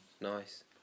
nice